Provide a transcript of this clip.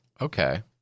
Okay